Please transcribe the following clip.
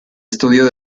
estudio